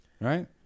right